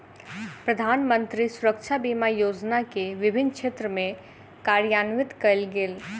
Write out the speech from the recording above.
प्रधानमंत्री सुरक्षा बीमा योजना के विभिन्न क्षेत्र में कार्यान्वित कयल गेल